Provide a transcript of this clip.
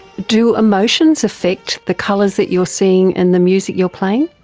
do emotions affect the colours that you're seeing and the music you're playing?